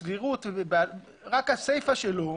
רק הסיפא שלו,